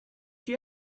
you